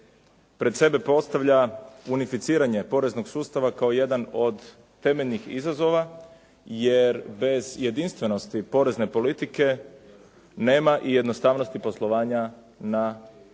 pred sebe postavlja unificiranje poreznog sustava kao jedan od temeljnih izazova, jer bez jedinstvenosti porezne politike nema i jednostavnosti poslovanja na